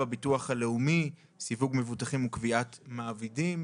הביטוח הלאומי (סיווג מבוטחים וקביעת מעבידים).